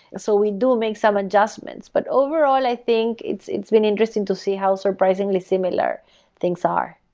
so we do make some adjustments. but overall, i think it's it's been interesting to see how surprisingly similar things are.